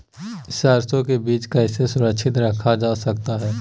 सरसो के बीज कैसे सुरक्षित रखा जा सकता है?